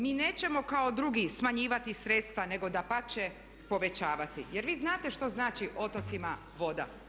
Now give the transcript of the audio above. Mi nećemo kao drugi smanjivati sredstva nego dapače povećavati." Jel' vi znate što znači otocima voda?